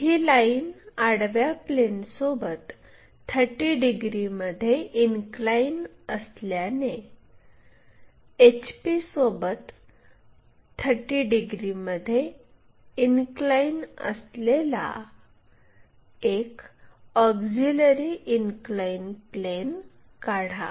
ही line आडव्या प्लेनसोबत 30 डिग्रीमध्ये इनक्लाइन असल्याने HP सोबत 30 डिग्रीमध्ये इनक्लाइनअसलेला एक ऑक्झिलिअरी इनक्लाइन प्लेन काढा